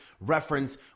reference